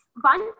one